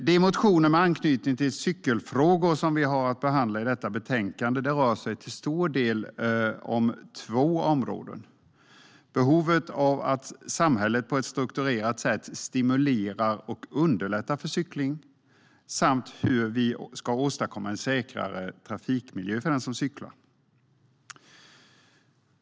De motioner med anknytning till cykelfrågor som vi här har att behandla handlar till stor del om två områden: behovet av att samhället på ett strukturerat sätt stimulerar och underlättar för cykling samt hur vi ska åstadkomma en säkrare trafikmiljö för den som cyklar.